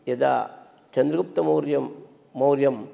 यदा चन्द्रगुप्तमौर्यं मौर्यं